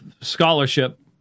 scholarship